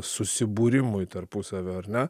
susibūrimui tarpusavio ar ne